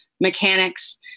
mechanics